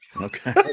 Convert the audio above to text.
Okay